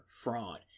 fraud